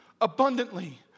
abundantly